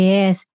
Yes